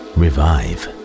revive